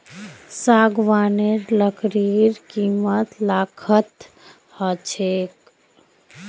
सागवानेर लकड़ीर कीमत लाखत ह छेक